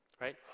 right